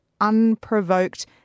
unprovoked